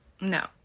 No